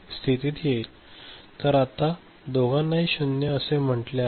तर आता दोघांनाही 0 असे म्हटले आहे